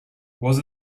was